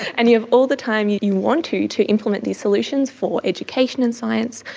and you have all the time you you want to to implement these solutions for education in science,